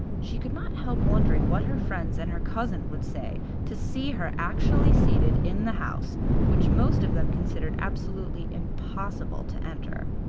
she could not help wondering what her friends and her cousin would say to see her actually seated in the house which most of them considered absolutely impossible to enter.